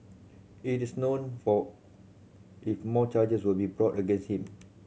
it is known for if more charges will be brought against him